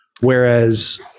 whereas